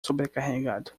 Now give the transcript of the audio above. sobrecarregado